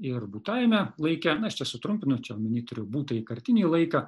ir būtajame laike na aš čia sutrumpinu čia omeny turiu būtąjį kartinį laiką